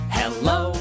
hello